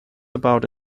about